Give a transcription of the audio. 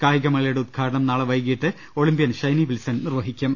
കായികമേളയുടെ ഉദ്ഘാടനം നാളെ വൈകീട്ട് ഒളിമ്പൃൻ ഷൈനി വിൽസൺ നിർവഹിക്കും